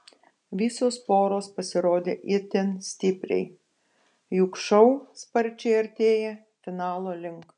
visos poros pasirodė itin stipriai juk šou sparčiai artėja finalo link